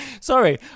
Sorry